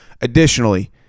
Additionally